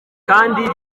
kandi